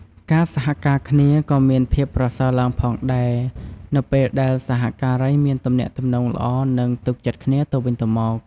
ការសហការគ្នាក៏មានភាពប្រសើរឡើងផងដែរ នៅពេលដែលសហការីមានទំនាក់ទំនងល្អ និងទុកចិត្តគ្នាទៅវិញទៅមក។